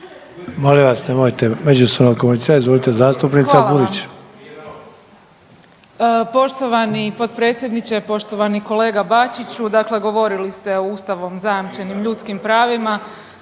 Molim vas nemojte međusobno komunicirat. Izvolite, zastupnica Burić.